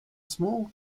small